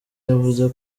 yavuze